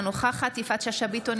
אינה נוכחת יפעת שאשא ביטון,